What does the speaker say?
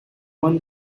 one